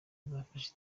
azafasha